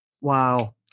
Wow